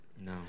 no